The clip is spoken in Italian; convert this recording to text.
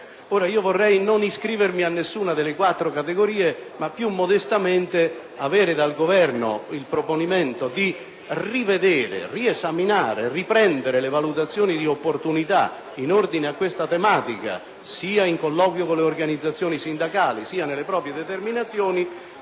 non vorrei iscrivermi ad alcuna delle quattro categorie, ma più modestamente avere dal Governo il proponimento di riesaminare e riprendere in considerazione le valutazioni di opportunità in ordine a questa tematica, sia nel dialogo con le organizzazioni sindacali sia nelle proprie determinazioni,